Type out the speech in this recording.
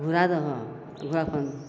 घुरै दहऽ घुरैके अपन